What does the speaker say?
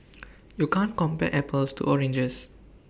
you can't compare apples to oranges